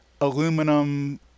aluminum